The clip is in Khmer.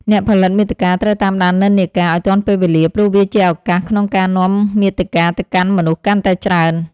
អ្នកផលិតមាតិកាត្រូវតាមដាននិន្នាការ ឱ្យទាន់ពេលវេលា ព្រោះវាជាឱកាសក្នុងការនាំមាតិកាទៅកាន់មនុស្សកាន់តែច្រើន។